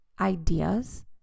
ideas